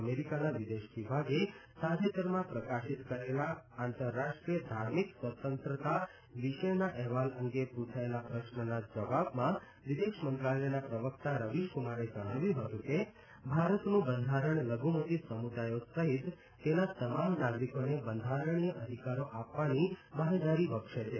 અમેરિકાના વિદેશ વિભાગે તાજેતરમાં પ્રકાશિત કરેલા આંતરરાષ્ટ્રીય ધાર્મિક સ્વતંત્રના વિષેના અહેવાલ અંગે પૂછાયેલા પ્રશ્નના જવાબમાં વિદેશ મંત્રાલયના પ્રવકતા રવીશકુમારે જણાવ્યું હતું કે ભારતનું બંધારણ લઘુમતી સમુદાયો સહિત તેના તમામ નાગરિકોને બંધારણીય અધિકારો આપવાની બાંહેધરી બક્ષે છે